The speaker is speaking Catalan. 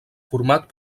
format